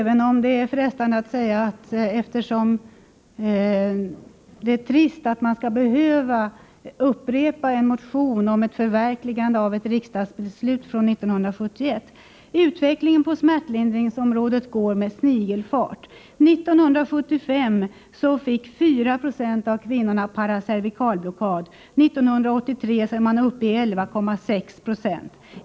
Men jag frestas säga att det är trist att man skall behöva upprepa en motion om förverkligande av ett riksdagsbeslut från 1971. Utvecklingen på smärtlindringsområdet går med snigelfart. 1975 fick 4 96 av kvinnorna paracervikalblockad. 1983 var man uppe i 11,6 20.